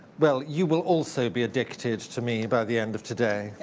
well, you will also be addicted to me by the end of today,